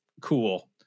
cool